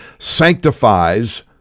sanctifies